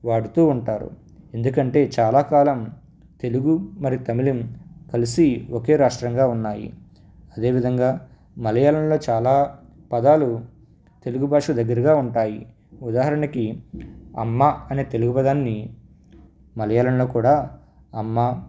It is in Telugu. వాడుతూ ఉంటారు ఎందుకంటే చాలా కాలం తెలుగు మరి తమిళం కలిసి ఒకే రాష్ట్రంగా ఉన్నాయి అదేవిధంగా మలయాళంలో చాలా పదాలు తెలుగు భాష దగ్గరగా ఉంటాయి ఉదాహరణకి అమ్మ అనే తెలుగు పదాన్ని మలయాళంలో కూడా అమ్మ